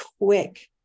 quick